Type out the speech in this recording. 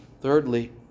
Thirdly